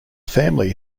family